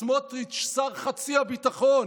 סמוטריץ', שר חצי הביטחון,